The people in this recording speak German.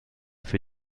für